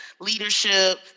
leadership